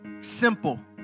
simple